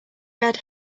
red